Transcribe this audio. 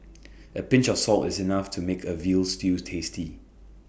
the pinch of salt is enough to make A Veal Stew tasty